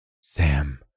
Sam